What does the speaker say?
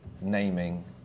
naming